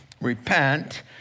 repent